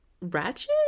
ratchet